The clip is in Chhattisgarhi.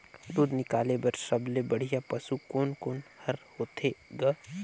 दूध निकाले बर सबले बढ़िया पशु कोन कोन हर होथे ग?